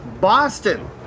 Boston